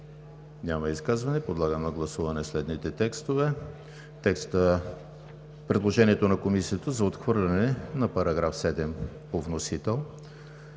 Няма. Подлагам на гласуване следните текстове: предложението на Комисията за отхвърляне на § 7 по вносител;